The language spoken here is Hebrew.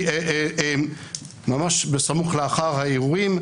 ממש בסמוך לאחר האירועים,